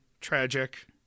tragic